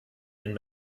den